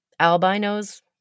albinos